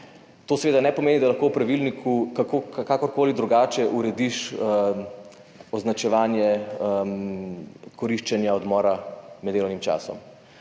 To seveda ne pomeni, da lahko v pravilniku kakorkoli drugače urediš označevanje koriščenja odmora med delovnim časom.